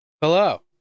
Hello